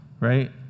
right